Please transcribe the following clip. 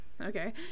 Okay